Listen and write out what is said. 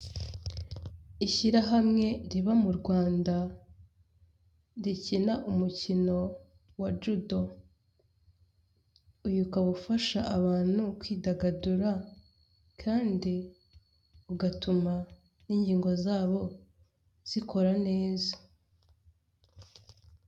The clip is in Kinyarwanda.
Ishyirahamwe riba mu Rwanda rikina umukino wa judo uyu ukaba ufasha abantu kwidagadura kandi ugatuma n'ingingo zabo zikora neza.